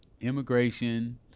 immigration